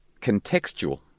contextual